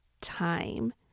time